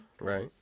Right